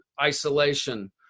isolation